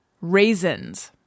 raisins